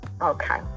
Okay